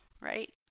right